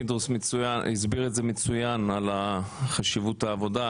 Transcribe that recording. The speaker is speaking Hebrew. פינדרוס הסביר מצוין את חשיבות העבודה.